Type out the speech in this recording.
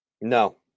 No